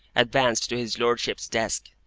advanced to his lordship's desk,